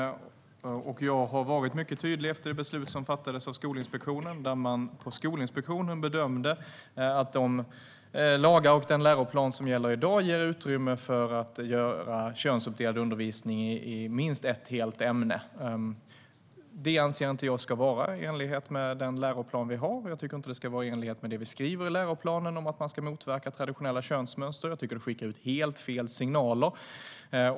Herr talman! Jag har varit mycket tydlig efter det beslut som fattades av Skolinspektionen. De bedömde att de lagar och den läroplan som gäller i dag ger utrymme för könsuppdelad undervisning i minst ett helt ämne. Detta anser inte jag är i enlighet med den läroplan vi har, och jag tycker inte att det är i enlighet med det vi skriver i läroplanen - att traditionella könsmönster ska motverkas. Jag tycker att detta skickar ut helt fel signaler.